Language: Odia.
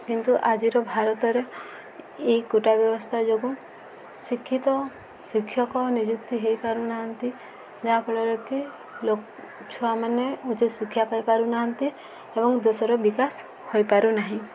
କିନ୍ତୁ ଆଜିର ଭାରତରେ ଏଇ ବ୍ୟବସ୍ଥା ଯୋଗୁଁ ଶିକ୍ଷିତ ଶିକ୍ଷକ ନିଯୁକ୍ତି ହୋଇପାରୁନାହାନ୍ତି ଯାହାଫଳରେ କି ଛୁଆମାନେ ଉଚ୍ଚ ଶିକ୍ଷା ପାଇ ପାରୁନାହାନ୍ତି ଏବଂ ଦେଶର ବିକାଶ ହୋଇପାରୁନାହିଁ